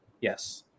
Yes